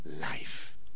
life